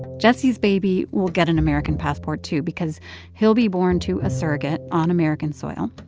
jessie's baby will get an american passport, too, because he'll be born to a surrogate on american soil.